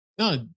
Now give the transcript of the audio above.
No